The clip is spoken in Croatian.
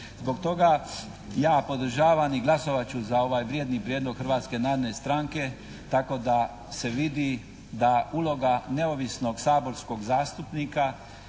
Zbog toga ja podržavam i glasovat ću za ovaj vrijedni prijedlog Hrvatske narodne stranke tako da se vidi da uloga neovisnog saborskog zastupnika